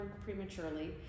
prematurely